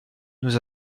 nous